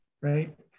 right